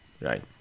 right